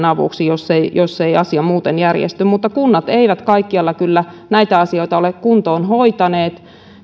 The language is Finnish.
avuksi jos ei jos ei asia muuten järjesty mutta kunnat eivät kaikkialla kyllä näitä asioita ole kuntoon hoitaneet